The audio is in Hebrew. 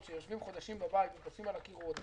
שיושבים חודשים בבית ומטפסים על הקירות,